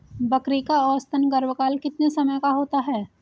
बकरी का औसतन गर्भकाल कितने समय का होता है?